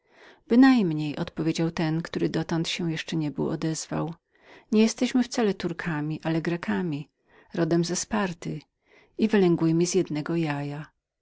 bynajmniej odpowiedział ten który dotąd się jeszcze niebył odezwał nie jesteśmy wcale turkami ale grekami rodem ze sparty i wylęgłymi z jednego jaja